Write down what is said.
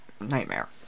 nightmare